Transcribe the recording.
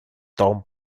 том